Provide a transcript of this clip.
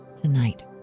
tonight